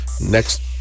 Next